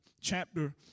chapter